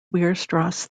weierstrass